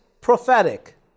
prophetic